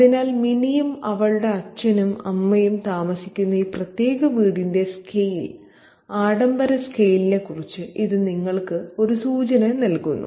അതിനാൽ മിനിയും അവളുടെ അച്ഛനും അമ്മയും താമസിക്കുന്ന ഈ പ്രത്യേക വീടിന്റെ സ്കെയിൽ ആഡംബര സ്കെയിൽ നെക്കുറിച്ച് ഇത് നിങ്ങൾക്ക് ഒരു സൂചന നൽകുന്നു